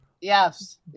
yes